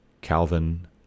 Calvin